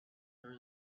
there